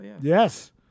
Yes